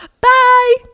Bye